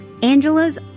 Angela's